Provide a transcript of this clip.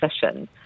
session